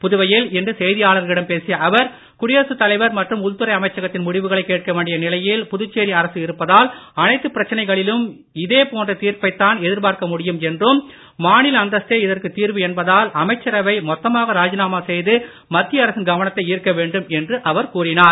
புதுவையில் இன்று செய்தியாளர்களிடம் பேசிய அவர் குடியரசுத் தலைவர் மற்றும் உள்துறை அமைச்சகத்தின் முடிவுகளை கேட்க வேண்டிய நிலையில் புதுச்சேரி அரசு இருப்பதால் எல்லா பிரச்சனைகளிலும் இதேபோன்ற தீர்ப்பைத்தான் எதிர்பார்க்க முடியும் என்றும் மாநில அந்தஸ்தே இதற்குத் தீர்வு என்பதால் அமைச்சரவை மொத்தமாக ராஜிநாமா செய்து மத்திய அரசின் கவனத்தை ஈர்க்க வேண்டும் என்றும் கூறினார்